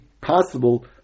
possible